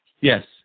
Yes